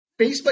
Facebook